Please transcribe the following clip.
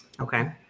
Okay